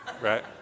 right